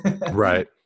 Right